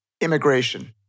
Immigration